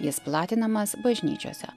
jis platinamas bažnyčiose